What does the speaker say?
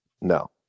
No